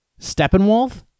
Steppenwolf